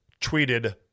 tweeted